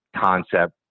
concept